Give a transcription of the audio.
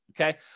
Okay